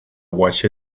watch